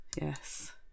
yes